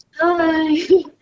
Hi